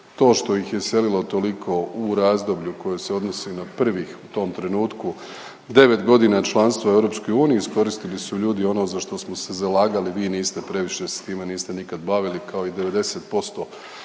To što ih je iselilo toliko u razdoblju koje se odnose na prvih u tom trenutku 9 godina članstva u EU iskoristili su ljudi ono za što smo se zalagali. Vi niste previše se s time niste nikad bavili kao i 90%